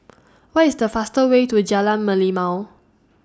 What IS The faster Way to Jalan Merlimau